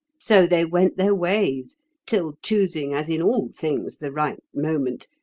so they went their ways till, choosing as in all things the right moment,